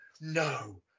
No